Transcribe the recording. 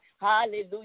hallelujah